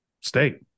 state